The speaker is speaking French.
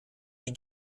les